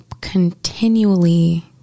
continually